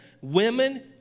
women